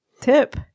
tip